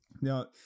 Now